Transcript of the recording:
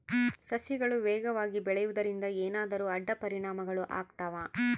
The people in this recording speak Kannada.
ಸಸಿಗಳು ವೇಗವಾಗಿ ಬೆಳೆಯುವದರಿಂದ ಏನಾದರೂ ಅಡ್ಡ ಪರಿಣಾಮಗಳು ಆಗ್ತವಾ?